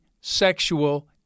sexual